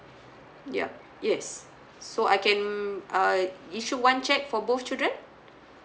yup yes so I can uh issue one cheque for both children